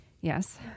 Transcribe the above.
Yes